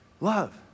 love